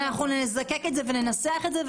אנחנו נזקק את זה וננסח את זה.